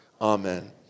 Amen